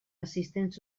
assistents